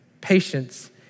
patience